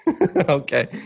Okay